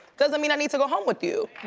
doesn't mean i need to go home with you.